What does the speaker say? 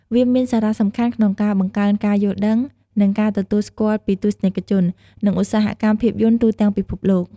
វាមានសារៈសំខាន់ក្នុងការបង្កើនការយល់ដឹង និងការទទួលស្គាល់ពីទស្សនិកជន និងឧស្សាហកម្មភាពយន្តទូទាំងពិភពលោក។